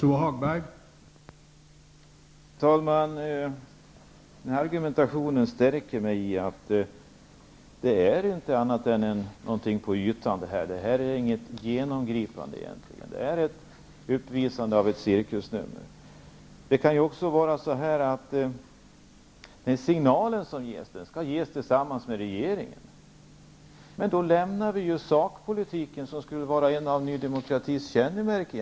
Herr talman! Denna argumentation stärker mig i uppfattningen att detta endast är någonting på ytan. Det är inget genomgripande. Det är uppvisande av ett cirkusnummer. Den signal som ges skall ges tillsammans med regeringen, menar Bo Jenevall. Men då lämnar vi sakpolitiken, som skulle vara Ny demokratis kännemärke.